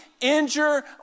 injure